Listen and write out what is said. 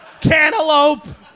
cantaloupe